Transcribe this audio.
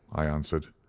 i answered.